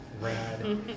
Rad